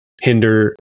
hinder